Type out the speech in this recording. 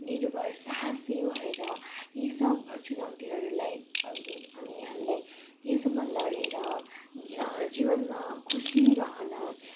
निर्भर साहसी भएर यी सब चुनौतीहरूलाई अनि हामीले यससँग लडेर जीवनमा खुसी रहन